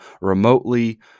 remotely